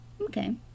Okay